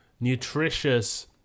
Nutritious